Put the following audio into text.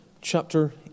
chapter